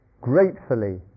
gratefully